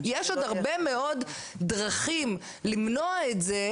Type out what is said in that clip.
יש עוד הרבה מאוד דרכים למנוע את זה